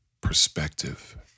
Perspective